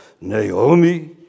Naomi